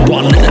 one